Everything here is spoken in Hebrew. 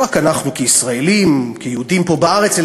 לא רק אנחנו כישראלים וכיהודים פה בארץ,